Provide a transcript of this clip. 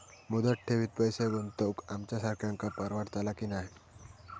मुदत ठेवीत पैसे गुंतवक आमच्यासारख्यांका परवडतला की नाय?